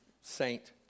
saint